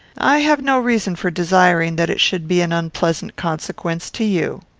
i have no reason for desiring that it should be an unpleasant consequence to you.